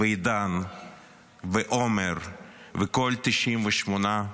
ועידן ועומר וכל ה-98,